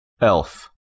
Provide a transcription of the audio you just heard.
Elf